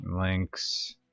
links